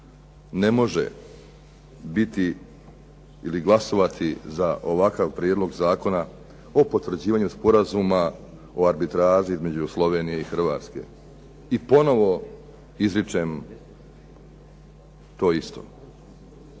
ne može biti ili glasovati za ovakav prijedlog Zakona o potvrđivanju sporazuma o arbitraži između Slovenije i Hrvatske. I ponovno izričem to isto.